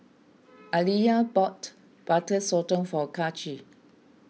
Aaliyah bought Butter Sotong for Kaci